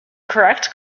correct